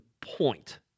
point